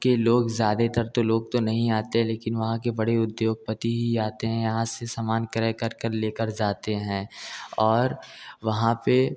के लोग ज़्यादातर तो लोग तो नहीं आते लेकिन वहाँ के बड़े उद्योगपति ही आते हैं यहाँ से समान क्रय कर कर ले कर ज़ाते हैं और वहाँ पर